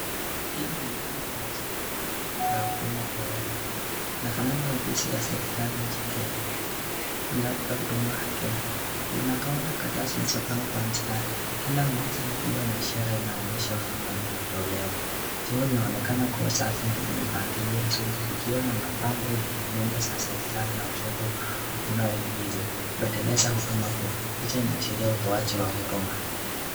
Hili ni ndani ya jengo la utumaji kwa umma. Linafanana na ofisi ya serikali nchini Kenya, labda Huduma Kenya. Kuna kaunta za kataa zilizopangwa kwa mstari. Kila mmoja ikiwa na ishara inayoonyesha huduma inayotolewa. Jengo linaonekana kuwa safi na lenye mpangilio mzuri, likiwa na mapambo yenye nembo za serikali na ujumbe unaohimiza kuendeleza huduma bora. Picha inaashiria utoaji wa huduma.